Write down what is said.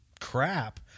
crap